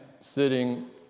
sitting